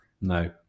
No